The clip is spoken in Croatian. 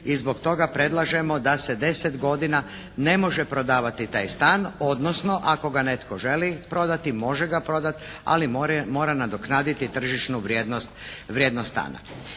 I zbog toga predlažemo da se deset godina ne može prodavati taj stan odnosno ako ga netko želi prodati može ga prodat, ali mora nadoknaditi tržišnu vrijednost stana.